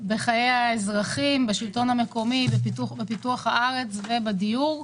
בחיי האזרחים, בשלטון המקומי, בפיתוח הארץ ובדיור.